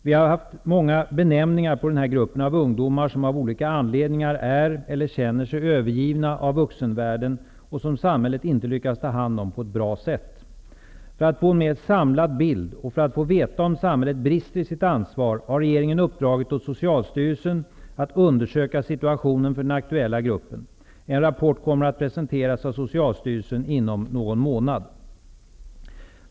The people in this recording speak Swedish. Vi har haft många benämningar på den här gruppen av ungdomar som av olika anledningar är -- eller känner sig -- övergivna av vuxenvärlden och som samhället inte lyckats ta om hand på ett bra sätt. För att få en mer samlad bild och för att få veta om samhället brister i sitt ansvar har regeringen uppdragit åt Socialstyrelsen att undersöka situationen för den aktuella gruppen. En rapport kommer att presenteras av Socialstyrelsen inom någon månad.